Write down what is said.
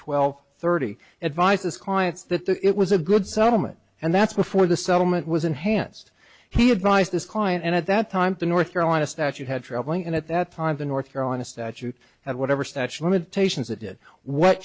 twelve thirty advises clients that the it was a good settlement and that's before the settlement was enhanced he advised his client and at that time the north carolina statute had traveling and at that time the north carolina statute had whatever statute limitations